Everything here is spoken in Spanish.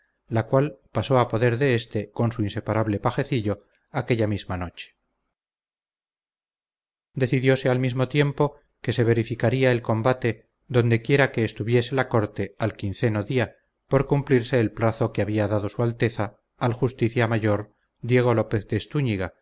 la cual pasó a poder de éste con su inseparable pajecillo aquella misma noche decidióse al mismo tiempo que se verificaría el combate donde quiera que estuviese la corte al quinceno día por cumplirse el plazo que había dado su alteza al justicia mayor diego lópez